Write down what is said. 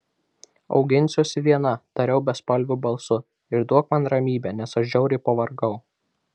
auginsiuosi viena tariau bespalviu balsu ir duok man ramybę nes aš žiauriai pavargau